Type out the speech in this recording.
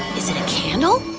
is it a candle?